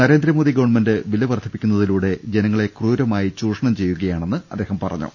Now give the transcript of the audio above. Narendra Modi government വിലവർദ്ധിപ്പിക്കുന്നതിലൂടെ ജനങ്ങളെ ക്രൂര മായി ചൂഷണം ചെയ്യുകയാണെന്ന് അദ്ദേഹം പറഞ്ഞു